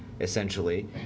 essentially